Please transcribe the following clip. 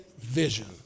vision